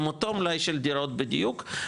עם אותו מלאי של דירות בדיוק,